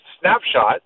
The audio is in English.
snapshot